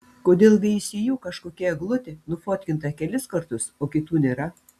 kodėl veisiejų kažkokia eglutė nufotkinta kelis kartus o kitų nėra